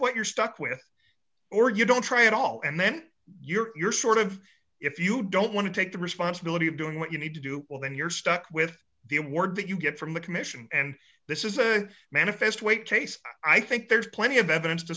what you're stuck with or you don't try at all and then you're sort of if you don't want to take the responsibility of doing what you need to do well then you're stuck with the award that you get from the commission and this is a manifest wake case i think there's plenty of evidence to